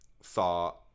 saw